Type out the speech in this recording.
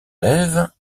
lève